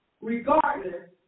Regardless